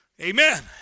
Amen